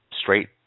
straight